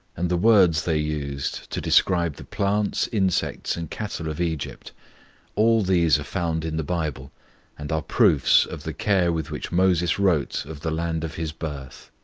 and the words they used to describe the plants, insects, and cattle of egypt all these are found in the bible and are proofs of the care with which moses wrote of the land of his birth.